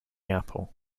apple